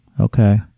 Okay